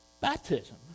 Baptism